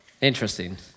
interesting